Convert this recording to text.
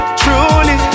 truly